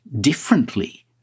differently